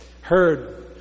Heard